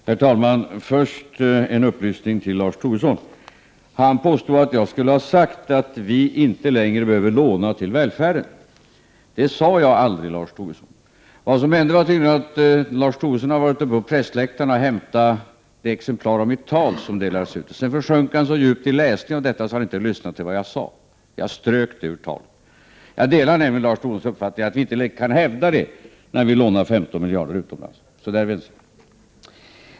Herr talman! Först en upplysning till Lars Tobisson. Han påstod att jag skulle ha sagt att vi inte längre behöver låna till välfärden. Det sade jag aldrig, Lars Tobisson. Vad som hände var tydligen att Lars Tobisson var uppe på pressläktaren och hämtade ett av de exemplar av mitt tal som delades ut. Sedan försjönk han så djupt i läsningen av detta att han inte lyssnade till vad jag sade. Jag strök det där ur talet. Jag delar nämligen Lars Tobissons uppfattning att vi inte kan hävda det, när vi lånar 15 miljarder utomlands. Därvidlag är vi alltså överens.